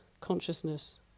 consciousness